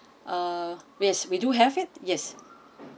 uh yes we do have it yes